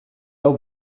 hau